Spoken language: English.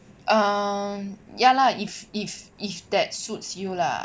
um ya lah if if if that suits you lah